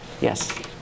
Yes